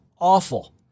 awful